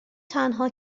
تنها